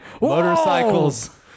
motorcycles